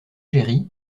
géry